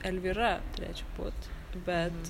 elvyra turėčiau būt bet